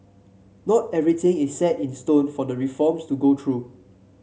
not everything is set in stone for the reforms to go through